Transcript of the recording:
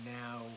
now